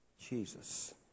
Jesus